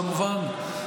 כמובן,